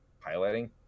piloting